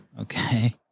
Okay